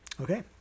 okay